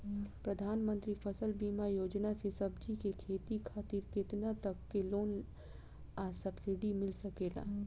प्रधानमंत्री फसल बीमा योजना से सब्जी के खेती खातिर केतना तक के लोन आ सब्सिडी मिल सकेला?